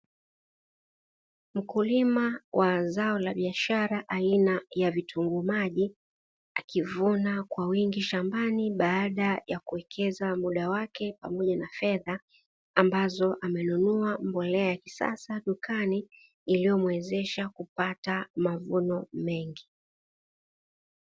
Mkulima wa zao la biashara aina ya vitunguu maji akivuna kwa wingi shambani baada ya kuwekeza muda wake, pamoja na fedha ambazo amenunua mbolea ya kisasa dukani iliyomwezesha kupata mavuno mengi.